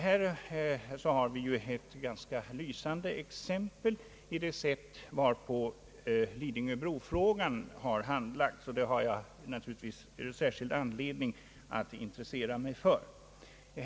Här har vi ett lysande exempel i det sätt varpå frågan om Lidingöbron har handlagts, en fråga som jag naturligtvis har särskild anledning att intressera mig för.